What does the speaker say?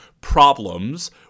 problems